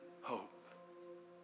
hope